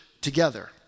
together